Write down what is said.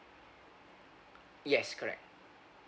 yes correct